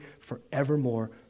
forevermore